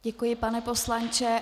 Děkuji, pane poslanče.